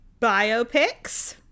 Biopics